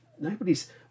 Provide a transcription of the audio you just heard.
nobody's